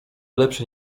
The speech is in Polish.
lepsze